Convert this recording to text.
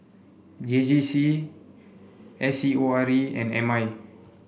J J C S C O R E and M I